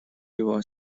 его